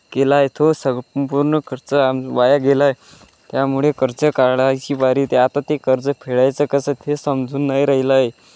केला आहे तो संपूर्ण खर्च आम वाया गेला आहे त्यामुळे कर्ज काढायची बारी ते आता ते कर्ज फेडायचं कसं तेच समजून नाही राहिलं आहे